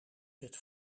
zit